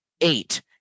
eight